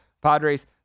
Padres